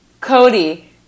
Cody